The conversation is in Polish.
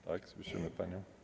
Tak, słyszymy panią.